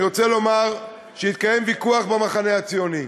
אני רוצה לומר שהתקיים ויכוח במחנה הציוני.